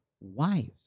wives